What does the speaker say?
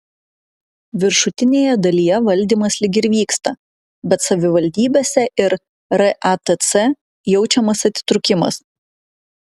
viršutinėje dalyje valdymas lyg ir vyksta bet savivaldybėse ir ratc jaučiamas atitrūkimas